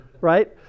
right